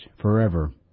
forever